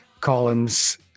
columns